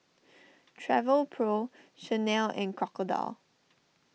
Travelpro Chanel and Crocodile